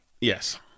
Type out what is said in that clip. Yes